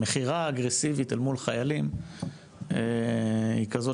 המכירה האגרסיבית אל מול חיילים היא כזאת